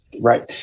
right